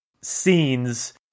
scenes